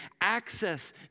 access